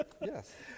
Yes